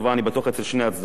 אני בטוח אצל שני הצדדים.